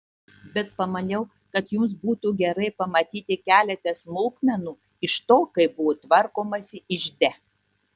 bet pamaniau kad jums būtų gerai pamatyti keletą smulkmenų iš to kaip buvo tvarkomasi ižde